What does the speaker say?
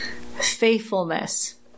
Faithfulness